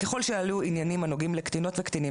ככל שעלו ענייניים הנוגעים לקטינות וקטינים